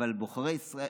אבל אזרחי ישראל,